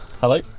Hello